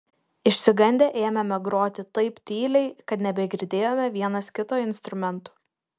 išsigandę ėmėme groti taip tyliai kad nebegirdėjome vienas kito instrumentų